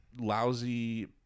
lousy